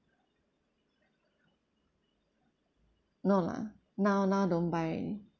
no lah now now don't buy already